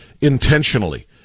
intentionally